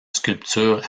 sculpture